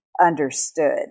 understood